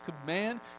command